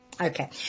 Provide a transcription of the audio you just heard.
Okay